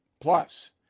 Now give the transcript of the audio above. Plus